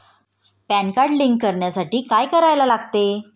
Pan card link करण्यासाठी काय करायला लागते?